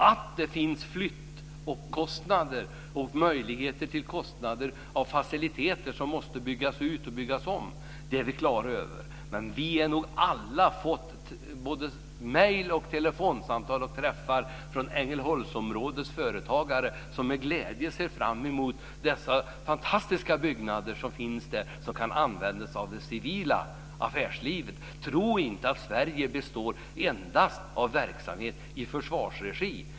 Att det finns flyttomkostnader och möjligheter till kostnader för faciliteter som måste byggas ut och byggas om är vi klara över. Men vi har nog alla fått mejl och telefonsamtal och träffat människor från Ängelholmsområdets företag som med glädje ser fram emot dessa fantastiska byggnader som finns där och som kan användas av det civila affärslivet. Tro inte att Sverige består endast av verksamhet i försvarsregi.